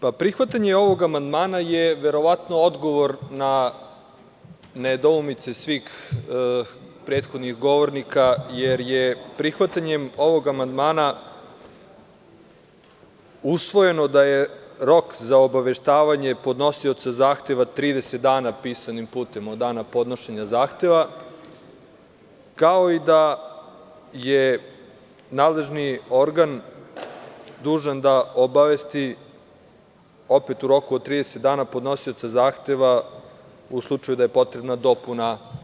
Prihvatanje ovog amandmana je verovatno odgovor na nedoumice svih prethodnih govornika, jer je prihvatanjem ovog amandmana usvojeno da je rok za obaveštavanje podnosioca zahteva 30 dana, pisanim putem, od dana podnošenja zahteva, kao i da je nadležni organ dužan da obavesti, opet u roku od 30 dana, podnosioca zahteva, u slučaju da je potrebna dopuna predmeta.